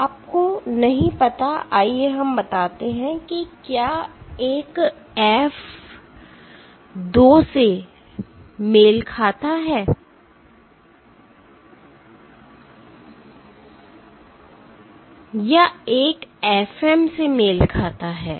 आपको नहीं पता आइए हम बताते हैं कि क्या 1 एफ 2 से मेल खाता है या 1 एफ एम से मेल खाता है